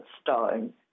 stone